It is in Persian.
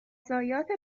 ضایعات